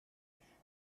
flash